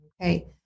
Okay